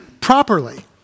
properly